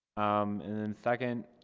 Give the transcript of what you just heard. um and then second,